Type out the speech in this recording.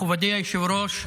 מכובדי היושב-ראש,